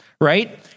right